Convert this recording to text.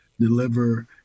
deliver